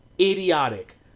Idiotic